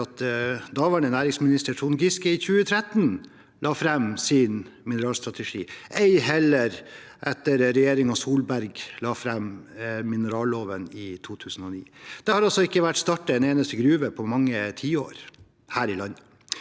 daværende næringsminister Trond Giske i 2013 la fram sin mineralstrategi, ei heller etter at regjeringen Solberg la fram mineralloven i 2009. Det har altså ikke vært åpnet en eneste gruve på mange tiår her i landet.